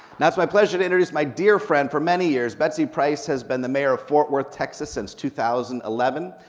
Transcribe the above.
now it's my pleasure to introduce my dear friend for many years. betsy price has been the mayor of fort worth, texas since two thousand and eleven.